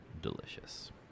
delicious